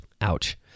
Ouch